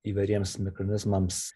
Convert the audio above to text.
įvairiems mikronizmams